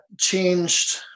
changed